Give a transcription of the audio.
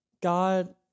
God